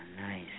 nice